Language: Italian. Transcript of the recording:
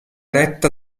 retta